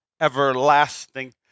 everlasting